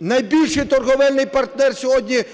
Найбільший торговельний партнер сьогодні